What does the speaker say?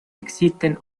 existen